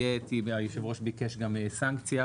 היושב-ראש ביקש גם סנקציה,